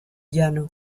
llano